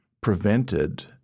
prevented